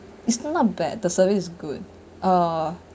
it's not bad the service is good uh